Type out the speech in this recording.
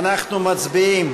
אנחנו מצביעים